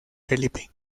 felipe